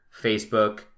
Facebook